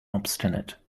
obstinate